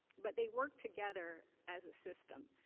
but they work together as a system.